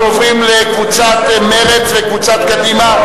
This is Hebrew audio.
אנחנו עוברים לקבוצת מרצ וקבוצת קדימה,